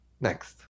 next